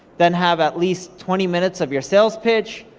then have at least twenty minutes of your sales pitch,